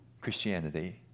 Christianity